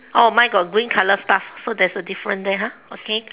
oh mine got green color stuff so there is a difference there ah okay